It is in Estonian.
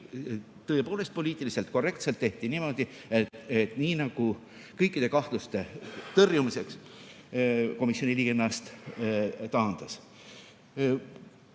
tõepoolest, poliitiliselt korrektselt tehti niimoodi, et kõikide kahtluste tõrjumiseks komisjoni liige ennast taandas.